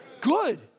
Good